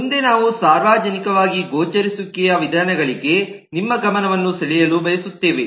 ಮುಂದೆ ನಾವು ಸಾರ್ವಜನಿಕವಾಗಿ ಗೋಚರಿಸುವಿಕೆಯ ವಿಧಾನಗಳಿಗೆ ನಿಮ್ಮ ಗಮನವನ್ನು ಸೆಳೆಯಲು ಬಯಸುತ್ತೇವೆ